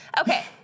Okay